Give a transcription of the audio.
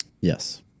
Yes